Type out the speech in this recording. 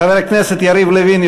חבר הכנסת יריב לוין,